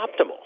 optimal